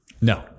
No